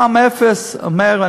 מע"מ אפס אומר,